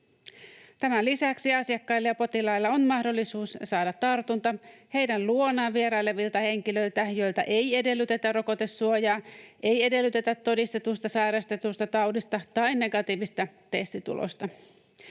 Tämän lisäksi asiakkailla ja potilailla on mahdollisuus saada tartunta heidän luonaan vierailevilta henkilöiltä, joilta ei edellytetä rokotesuojaa, ei edellytetä todistusta sairastetusta taudista tai negatiivista testitulosta.